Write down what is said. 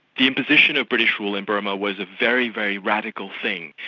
the imposition of british rule in burma was a very, very radical thing.